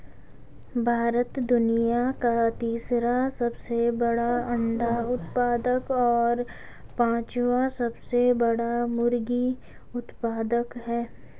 भारत दुनिया का तीसरा सबसे बड़ा अंडा उत्पादक और पांचवां सबसे बड़ा मुर्गी उत्पादक है